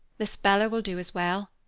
miss bella will do as well.